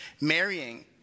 marrying